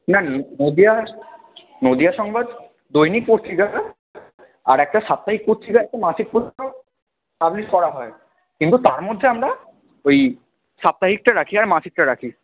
না না নদীয়া নদীয়া সংবাদ দৈনিক পত্রিকাটা আর একটা সাপ্তাহিক পত্রিকা আছে মাসিক পত্রিকাও পাবলিশ করা হয় কিন্তু তার মধ্যে আমরা ওই সাপ্তাহিকটা রাখি আর মাসিকটা রাখি